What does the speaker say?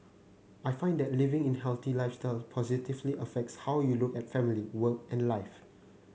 I find that living a healthy lifestyle positively affects how you look at family work and life